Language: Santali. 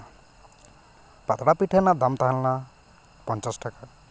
ᱯᱟᱛᱲᱟ ᱯᱤᱴᱷᱟᱹ ᱨᱮᱱᱟᱜ ᱫᱟᱢ ᱛᱟᱦᱮᱞᱮᱱᱟ ᱯᱚᱧᱪᱟᱥ ᱴᱟᱠᱟ